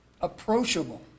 Approachable